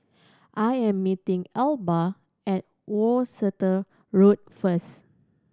I am meeting Elba at Worcester Road first